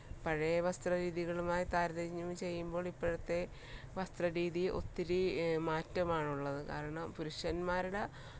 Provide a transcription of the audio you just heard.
പഴയ വസ്ത്രരീതികളുമായി താരതമ്യം ചെയ്യുമ്പോൾ ഇപ്പോഴത്തെ വസ്ത്രരീതി ഒത്തിരി മാറ്റമാണുള്ളത് കാരണം പുരുഷന്മാരുടെ